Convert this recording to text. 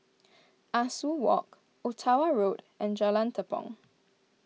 Ah Soo Walk Ottawa Road and Jalan Tepong